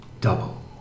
Double